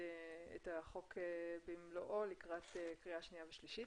החוק במלואו לקראת קריאה שנייה ושלישית.